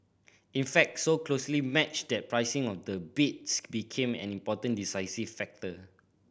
in fact so closely matched that pricing of the bids became an important decisive factor